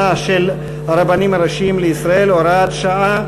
של הרבנים הראשיים לישראל) (הוראת שעה),